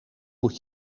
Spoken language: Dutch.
moet